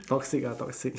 toxic ah toxic